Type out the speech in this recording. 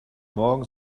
morgen